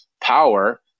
power